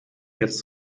jetzt